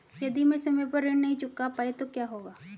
यदि मैं समय पर ऋण नहीं चुका पाई तो क्या होगा?